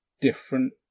different